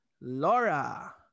Laura